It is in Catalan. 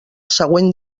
següent